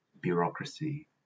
bureaucracy